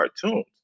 cartoons